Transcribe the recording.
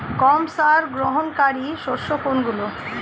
কম সার গ্রহণকারী শস্য কোনগুলি?